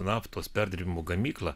naftos perdirbimo gamyklą